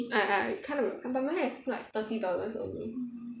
I I can't but mine I feel like thirty dollars only